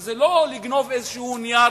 זה לא לגנוב איזה נייר